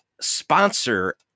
sponsor